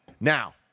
Now